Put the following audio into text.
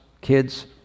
kids